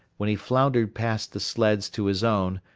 when he floundered past the sleds to his own,